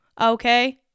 Okay